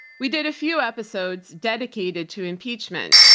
we did a few episodes dedicated to impeachment,